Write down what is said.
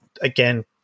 again